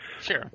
sure